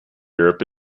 europe